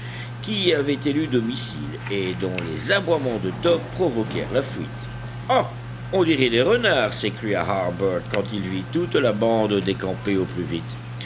qui y avaient élu domicile et dont les aboiements de top provoquèrent la fuite ah on dirait des renards s'écria harbert quand il vit toute la bande décamper au plus vite